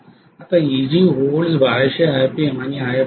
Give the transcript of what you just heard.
आता Eg volts 1200 RPM आणि If असेल